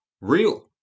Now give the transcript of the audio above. real